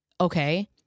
Okay